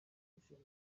ishami